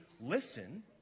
listen